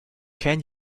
can